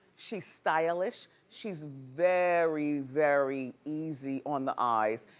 she's stylish. she's very, very easy on the eyes.